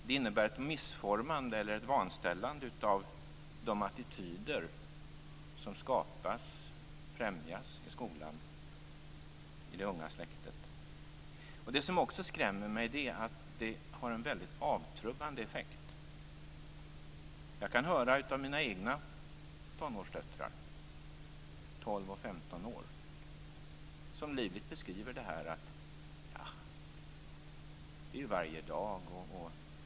Det innebär ett vanställande av de attityder som skapas och främjas i skolan. Det som också skrämmer mig är att detta har en väldigt avtrubbande effekt. Mina egna tonårsdöttrar - 12 och 15 år - beskriver det här som att det är sådant som händer varje dag.